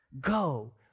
Go